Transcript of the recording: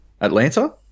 Atlanta